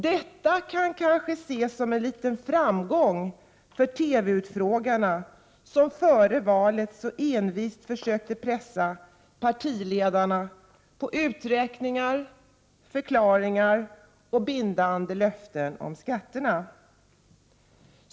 Detta kan kanske ses som en liten framgång för TV-utfrågarna, som före valet så envist försökte pressa partiledarna på uträkningar, förklaringar och bindande löften om skatterna.